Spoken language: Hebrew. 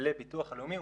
לביטוח הלאומי,